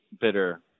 bitter